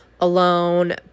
alone